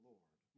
Lord